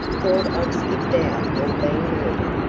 thought i'd skipped out or been murdered.